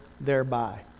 thereby